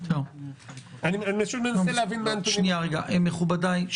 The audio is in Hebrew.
אני מנסה להבין מהנתונים --- מכובדי,